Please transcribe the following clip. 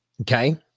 Okay